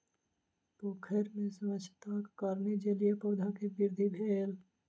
पोखैर में स्वच्छताक कारणेँ जलीय पौधा के वृद्धि भेल